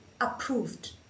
approved